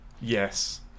yes